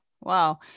wow